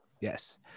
yes